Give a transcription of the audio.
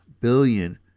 billion